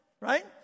right